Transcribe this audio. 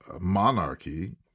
monarchy